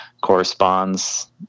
corresponds